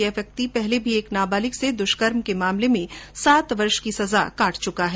ये व्यक्ति पहले भी एक नाबालिग से दुष्कर्म के मामले में सात वर्ष की सजा काट चुका है